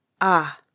Ah